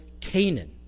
Canaan